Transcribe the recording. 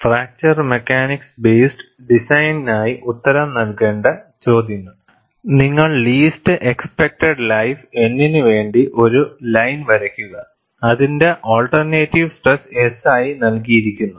fracture mechanics based ഡിസൈനിനായി ഉത്തരം നൽകേണ്ട ചോദ്യങ്ങൾ നിങ്ങൾ ലീസ്സ്റ്റ് എക്സ്സ്പെക്റ്റഡ് ലൈഫ് N നു വേണ്ടി ഒരു ലൈൻ വരയ്ക്കുക അതിന്റെ ആൾട്ടർനേറ്റീവ് സ്ട്രെസ് S ആയി നൽകിയിരിക്കുന്നു